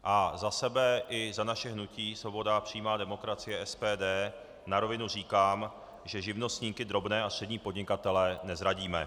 A za sebe i za naše hnutí Svoboda a přímá demokracie SPD na rovinu říkám, že živnostníky, drobné a střední podnikatele nezradíme.